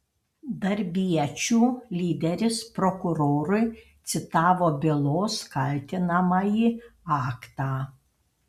darbiečių lyderis prokurorui citavo bylos kaltinamąjį aktą